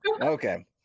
Okay